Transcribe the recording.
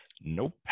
Nope